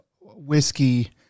whiskey